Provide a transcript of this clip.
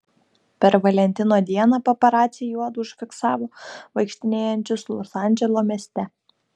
per valentino dieną paparaciai juodu užfiksavo vaikštinėjančius los andželo mieste